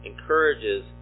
encourages